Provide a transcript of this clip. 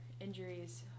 injuries